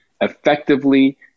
effectively